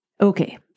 Okay